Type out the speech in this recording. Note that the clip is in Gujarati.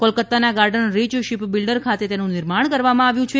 કોલકતાના ગાર્ડન રીચ શીપબીલ્ડર ખાતે તેનું નિર્માણ કરવામાં આવ્યું છે